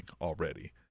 already